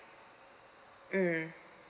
mm